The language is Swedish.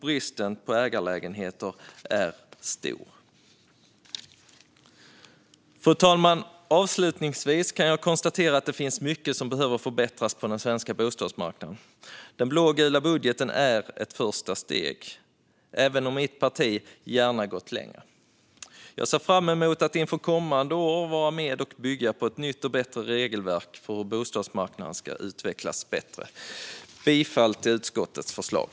Bristen på ägarlägenheter är stor. Fru talman! Avslutningsvis kan jag konstatera att det finns mycket som behöver förbättras på den svenska bostadsmarknaden. Den blågula budgeten är ett första steg, även om mitt parti gärna hade gått längre. Jag ser fram emot att inför kommande år vara med och bygga på ett nytt och bättre regelverk för att bostadsmarknaden ska utvecklas bättre. Jag yrkar bifall till utskottets förslag.